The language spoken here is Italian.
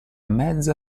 mezza